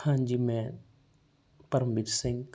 ਹਾਂਜੀ ਮੈਂ ਪਰਮਵੀਰ ਸਿੰਘ